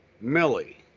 Millie